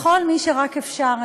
לכל מי שרק אפשר,